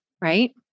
right